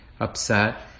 upset